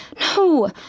No